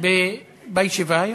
בישיבה היום.